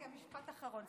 משפט אחרון,